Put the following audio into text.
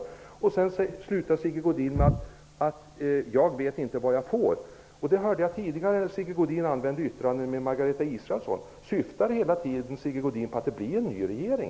Sigge Godin sade i slutet av sitt anförande att jag inte vet vad jag får. Jag hörde att Sigge Godin också fällde det yttrandet i debatten med Margareta Israelsson. Syftar Sigge Godin hela tiden på det blir en ny regering?